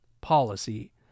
policy